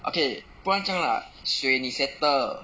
okay 不然这样 lah 水你 settle